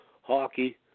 hockey